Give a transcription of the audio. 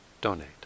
donate